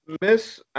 Miss